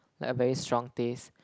like a very strong taste